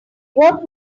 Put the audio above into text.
what